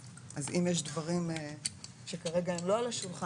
אז אם יש דברים שכרגע הם לא על השולחן,